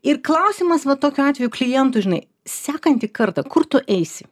ir klausimas va tokiu atveju klientui žinai sekantį kartą kur tu eisi